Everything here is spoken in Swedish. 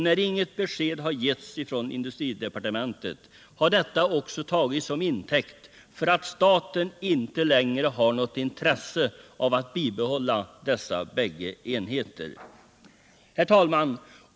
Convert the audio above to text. När inget besked har givits från industridepartementet har detta också tagits till intäkt för att staten inte längre har något intresse av att bibehålla dessa bägge enheter. Herr talman!